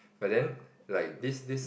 but then like this this